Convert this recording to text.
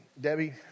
Debbie